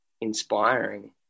inspiring